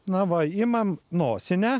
na va imam nosinę